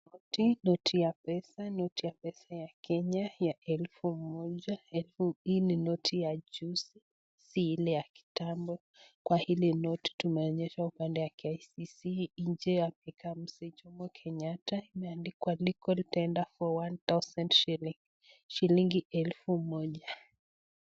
Noti, noti ya pesa, noti ya pesa ya Kenya ya elfu moja. Hii ni noti ya juzi sii ile ya kitambo kwa hili noti tunaonyeshwa upande ya KICC nje ya pika mzee Jomo Kenyatta imeandikwa (cs) legal tender for one thousand shilling (cs), shilingi elfu moja.